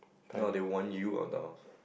now they want you out of the house